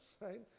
right